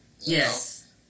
Yes